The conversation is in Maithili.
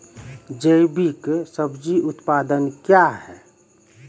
जैविक सब्जी उत्पादन क्या हैं?